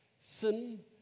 Sin